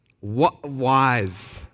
Wise